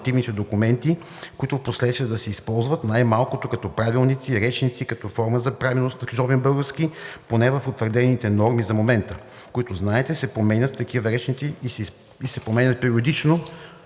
които впоследствие да се използват най-малкото като правилници, като речници, като форма за правилност на книжовен български, поне в утвърдените норми за момента, които, знаете, се променят и такива речници се издават периодично,